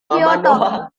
kyoto